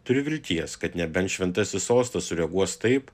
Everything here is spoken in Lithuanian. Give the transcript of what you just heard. turiu vilties kad nebent šventasis sostas sureaguos taip